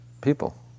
people